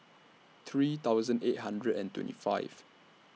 three thousand eight hundred and twenty five